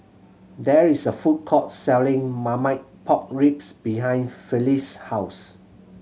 there is a food court selling Marmite Pork Ribs behind Felice house